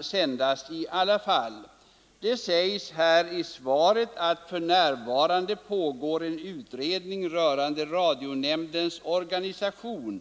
sänds i repris. Det sägs i svaret: ”För närvarande pågår en utredning rörande radionämndens organisation.